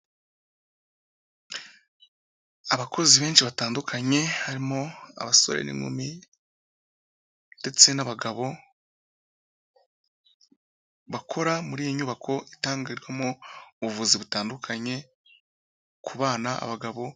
Abakozi benshi batandukanye harimo abasore n'inkumi ndetse n'abagabo bakora muri iyi nyubako itangirwamo ubuvuzi butandukanye ku bana, abagabo,